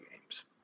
games